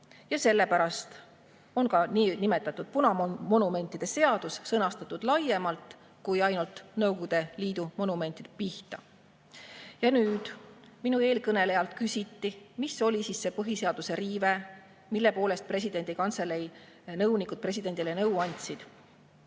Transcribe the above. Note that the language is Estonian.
Ja sellepärast on ka niinimetatud punamonumentide seadus sõnastatud laiemalt kui ainult Nõukogude Liidu monumentide pihta. Minu eelkõnelejalt küsiti, mis oli see põhiseaduse riive, mille kohta presidendi kantselei nõunikud presidendile nõu andsid.